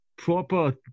Proper